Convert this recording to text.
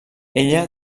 ella